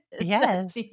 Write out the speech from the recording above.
Yes